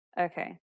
okay